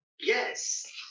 Yes